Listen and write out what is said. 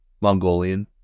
Mongolian